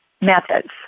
methods